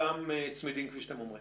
אותם צמידים, כפי שאתם אומרים?